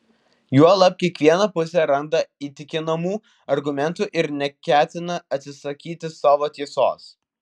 juolab kiekviena pusė randa įtikinamų argumentų ir neketina atsisakyti savo tiesos